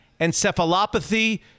encephalopathy